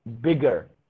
bigger